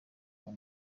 naho